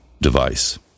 device